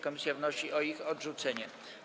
Komisja wnosi o ich odrzucenie.